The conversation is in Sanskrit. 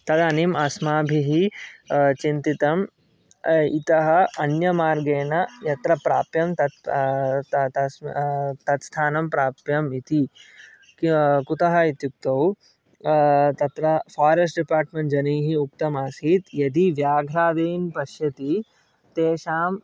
तदानीम् अस्माभिः चिन्तितं इतः अन्यमार्गेण यत्र प्राप्यं तत् तत् स्थानं प्राप्यम् इति कुतः इत्युक्तौ तत्र फ़ारेस्ट् डिपार्ट्मेण्ट् जनैः उक्तम् आसीत् यदि व्याघ्रादीन् पश्यति तेषाम्